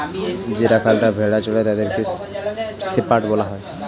যে রাখালরা ভেড়া চড়ায় তাদের শেপার্ড বলা হয়